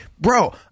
bro